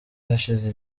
hashize